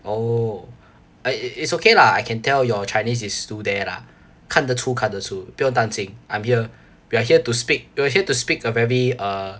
oh it's it's okay lah I can tell your chinese is to there lah 看得出看得出不用担心 I'm here we are here to speak we are here to speak a very uh